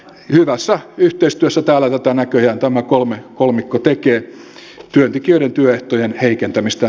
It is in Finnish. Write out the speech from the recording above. hyvässä yhteistyössä täällä tätä näköjään tämä kolmikko tekee työntekijöiden työehtojen heikentämistä